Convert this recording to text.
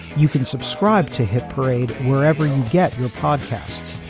you can subscribe to hit parade wherever you get your podcasts.